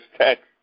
text